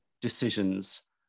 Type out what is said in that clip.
decisions